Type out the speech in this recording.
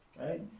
right